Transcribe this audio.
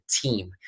team